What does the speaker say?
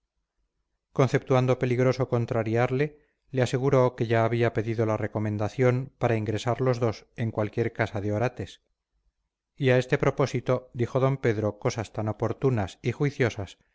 conceptuando peligroso contrariarle le aseguró que ya había pedido la recomendación para ingresar los dos en cualquier casa de orates y a este propósito dijo d pedro cosas tan oportunas y juiciosas